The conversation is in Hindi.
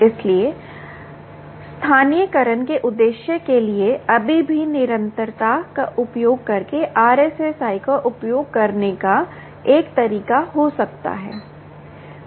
इसलिए स्थानीयकरण के उद्देश्य के लिए अभी भी निरंतरता का उपयोग करके RSSI का उपयोग करने का एक तरीका हो सकता है